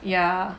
yeah